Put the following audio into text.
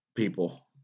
people